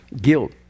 Guilt